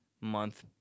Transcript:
month